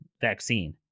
vaccine